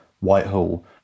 Whitehall